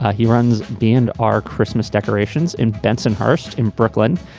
he runs band are christmas decorations in bensonhurst in brooklyn.